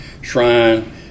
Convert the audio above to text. Shrine